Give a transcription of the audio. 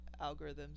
algorithms